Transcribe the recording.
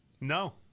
No